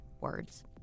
words